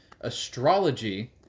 Astrology